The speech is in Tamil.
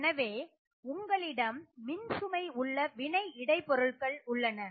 எனவே உங்களிடம் மின்சுமை உள்ள வினை இடை பொருள்கள் உள்ளன